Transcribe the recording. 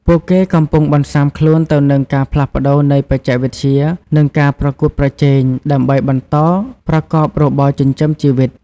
ពួកគេកំពុងបន្សាំខ្លួនទៅនឹងការផ្លាស់ប្ដូរនៃបច្ចេកវិទ្យា និងការប្រកួតប្រជែង ដើម្បីបន្តប្រកបរបរចិញ្ចឹមជីវិត។